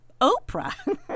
Oprah